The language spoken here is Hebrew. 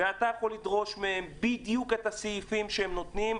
אתה יכול לדרוש מהם בדיוק את הסעיפים שהם נותנים,